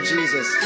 Jesus